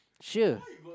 sure